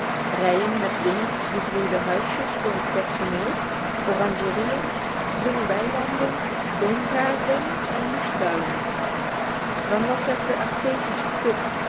rijen met wingerd begroeide huisjes voor het personeel oranjerieën groene weilanden boomgaarden en moestuinen dan was er de artesische put